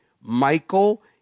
Michael